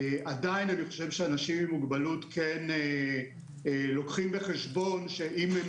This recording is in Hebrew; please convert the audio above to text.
עדיין אני חושב שאנשים עם מוגבלות כן לוקחים בחשבון שאם הם